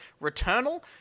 Returnal